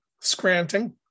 Scranton